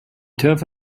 turf